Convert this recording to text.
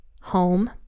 home